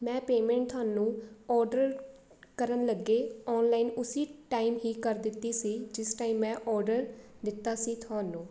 ਮੈਂ ਪੇਮੈਂਟ ਤੁਹਾਨੂੰ ਔਡਰ ਕਰਨ ਲੱਗੇ ਔਨਲਾਈਨ ਉਸੀ ਟਾਈਮ ਹੀ ਕਰ ਦਿੱਤੀ ਸੀ ਜਿਸ ਟਾਈਮ ਮੈਂ ਔਡਰ ਦਿੱਤਾ ਸੀ ਤੁਹਾਨੂੰ